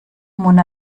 mona